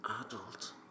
adult